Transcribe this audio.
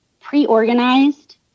pre-organized